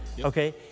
Okay